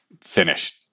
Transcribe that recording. finished